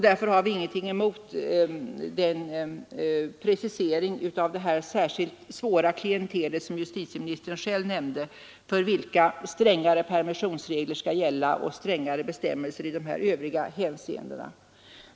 Därför har vi ingenting emot den precisering av det särskilt svåra klientel som justitieministern själv nämnde, för vilket strängare permissionsregler skall gälla och strängare bestämmelser i övriga hänseenden.